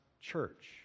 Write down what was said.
church